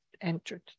entered